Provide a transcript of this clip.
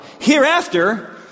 Hereafter